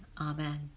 Amen